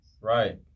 Right